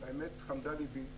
האמת, חמד ליבי